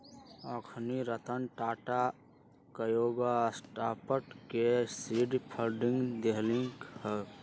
अखनी रतन टाटा कयगो स्टार्टअप के सीड फंडिंग देलखिन्ह हबे